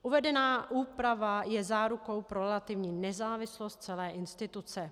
Uvedená úprava je zárukou pro relativní nezávislost celé instituce.